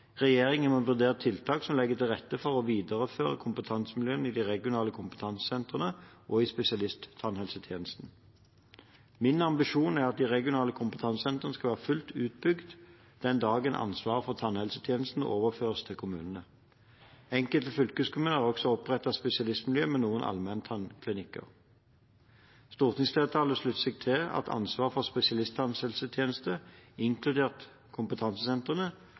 må vurdere tiltak som legger til rette for å videreføre kompetansemiljøene i regionale kompetansesentre og i spesialisttannhelsetjenesten.» Min ambisjon er at de regionale kompetansesentrene skal være fullt utbygd den dagen ansvaret for tannhelsetjenesten overføres til kommunene. Enkelte fylkeskommuner har også opprettet spesialistmiljøer ved noen allmenntannklinikker. Stortingsflertallet sluttet seg til at ansvaret for spesialisttannhelsetjenester, inkludert kompetansesentrene,